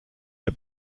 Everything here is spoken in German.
der